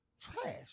trash